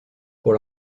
pour